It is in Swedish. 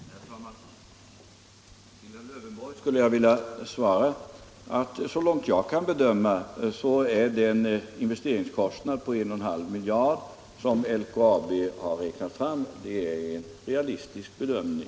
Herr talman! Till herr Lövenborg skulle jag vilja säga att såvitt jag kan bedöma är den investeringskostnad på 1 1/2 miljard kronor, som LKAB har räknat fram, en realistisk bedömning.